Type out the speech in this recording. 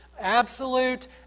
Absolute